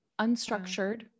Unstructured